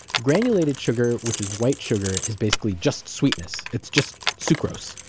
granulated sugar, which is white sugar, is basically just sweetness. it's just sucrose.